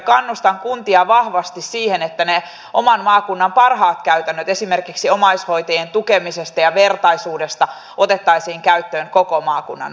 kannustan kuntia vahvasti siihen että ne oman maakunnan parhaat käytännöt esimerkiksi omaishoitajien tukemisesta ja vertaisuudesta otettaisiin käyttöön koko maakunnan alueella